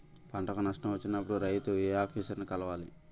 పంటకు నష్టం వచ్చినప్పుడు రైతు ఏ ఆఫీసర్ ని కలవాలి?